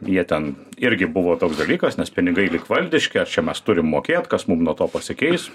jie ten irgi buvo toks dalykas nes pinigai lyg valdiški turim mokėt kas mum nuo to pasikeis